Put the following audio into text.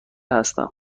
هستم